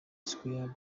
square